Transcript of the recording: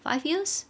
five years